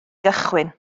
gychwyn